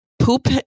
poop